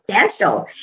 substantial